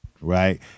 right